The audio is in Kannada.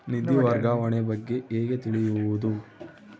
ನಿಧಿ ವರ್ಗಾವಣೆ ಬಗ್ಗೆ ಹೇಗೆ ತಿಳಿಯುವುದು?